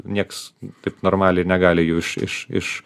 nieks taip normaliai negali jų iš iš iš